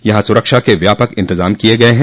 यहां सुरक्षा के व्यापक इंतजाम किये गये हैं